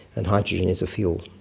and hydrogen is a fuel.